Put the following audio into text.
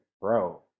bro